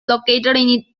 located